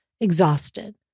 exhausted